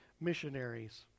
missionaries